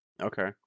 Okay